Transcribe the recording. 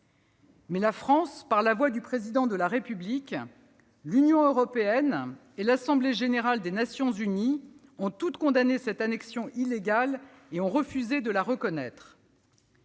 Mais la France, par la voix du Président de la République, l'Union européenne et l'Assemblée générale des Nations unies ont toutes condamné cette annexion illégale et refusé de la reconnaître.